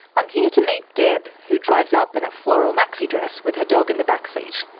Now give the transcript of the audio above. i'm here to meet deb, who drives up in a floral maxi dress with her dog in the backseat.